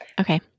Okay